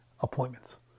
appointments